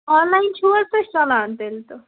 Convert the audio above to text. online چھِو حظ تُہۍ چلان تیٚلہِ تہٕ